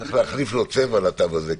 --- צריך להחליף צבע לתו הזה,